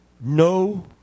No